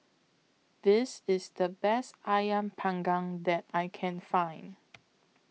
This IS The Best Ayam Panggang that I Can Find